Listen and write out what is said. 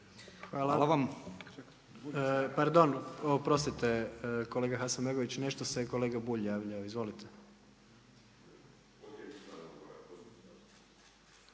Hvala. Pardon, oprostite kolega Hasanbegović, nešto se kolega Bulj javljao. Izvolite.